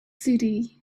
city